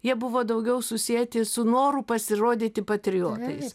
jie buvo daugiau susieti su noru pasirodyti patriotais